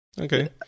Okay